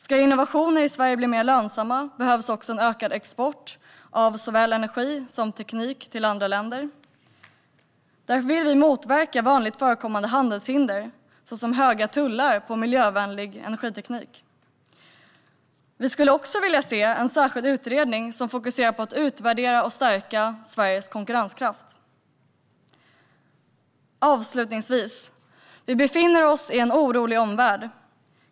Om innovationer i Sverige ska bli mer lönsamma behövs en ökad export av såväl energi som teknik till andra länder. Därför vill vi motverka vanligt förekommande handelshinder såsom höga tullar på miljövänlig energiteknik. Vi skulle också vilja se en särskild utredning som fokuserar på att utvärdera och stärka Sveriges konkurrenskraft. Avslutningsvis befinner vi oss i en orolig omvärld.